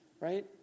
right